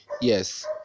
yes